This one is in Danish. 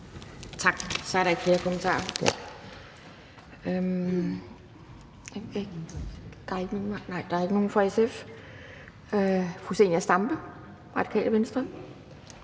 Tak. Så er der ikke flere kommentarer. Der er ikke nogen fra SF, så den næste er fru Zenia Stampe, Radikale Venstre.